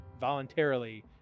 voluntarily